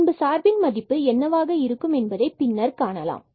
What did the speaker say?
பின்பு சார்பில் மதிப்பு என்னவாக இருக்கும் என்பதை பின்னர் காணலாம்